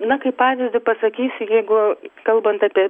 na kaip pavyzdį pasakysiu jeigu kalbant apie